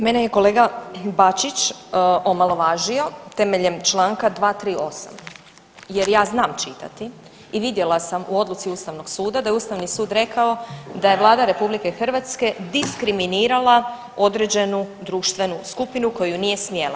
Mene je kolega Bačić omalovažio temeljem Članka 238., jer ja znam čitati i vidjela sam u odluci Ustavnog suda da je Ustavni sud rekao da je Vlada RH diskriminirala određenu društvenu skupinu koju nije smjela.